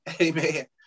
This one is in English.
Amen